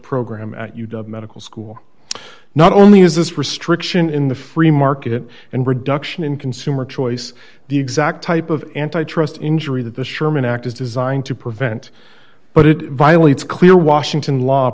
program at u double school not only is this restriction in the free market and reduction in consumer choice the exact type of antitrust injury that the sherman act is designed to prevent but it violates clear washington law